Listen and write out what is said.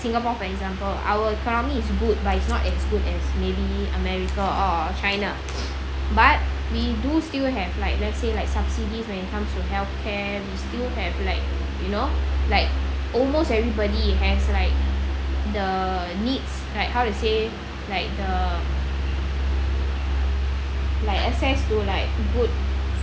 singapore for example our economy is good but is not as good as maybe america or china but we do still have like let's say like subsidy when it comes to healthcare we still have like you know like almost everybody it has like the needs like how to say like the like access to like good